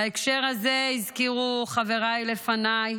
בהקשר הזה הזכירו חבריי לפניי